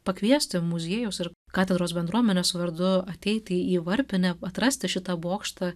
pakviesti muziejaus ir katedros bendruomenės vardu ateiti į varpinę atrasti šitą bokštą